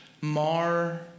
mar